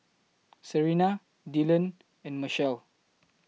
Serina Dillon and Machelle